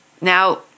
Now